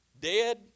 Dead